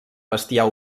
bestiar